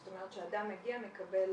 זאת אומרת, שאדם מגיע מקבל